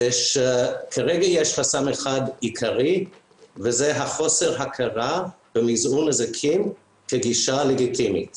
שכרגע יש חסם אחד עיקרי והוא חוסר ההכרה במזעור נזקים כגישה לגיטימית